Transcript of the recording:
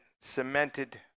cemented